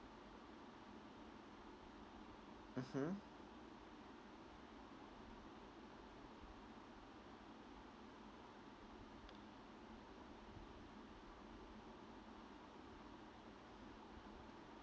mmhmm